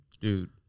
Dude